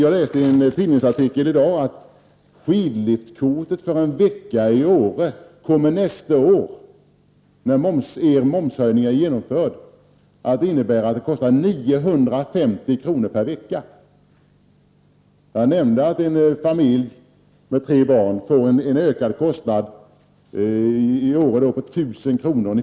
Jag läste i en tidning i dag att skidliftkortet för en vecka i Åre nästa år, när er momshöjning är genomförd, kommer att kosta 950 kr. Jag nämnde att en familj med tre barn får en ökad kostnad i Åre på 1 000 kr.